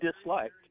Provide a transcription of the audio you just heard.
disliked